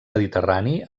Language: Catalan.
mediterrani